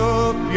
up